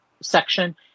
section